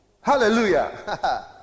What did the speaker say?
Hallelujah